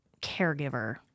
caregiver